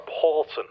Paulson